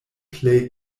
plej